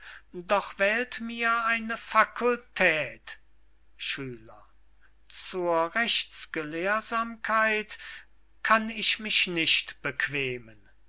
doch wählt mir eine facultät schüler zur rechtsgelehrsamkeit kann ich mich nicht bequemen